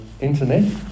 internet